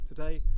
Today